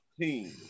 team